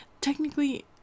technically